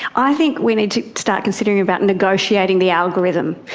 i think we need to start considering about negotiating the algorithm.